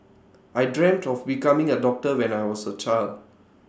I dreamt of becoming A doctor when I was A child